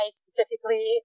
specifically